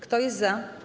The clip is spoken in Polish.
Kto jest za?